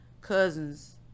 cousins